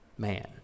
man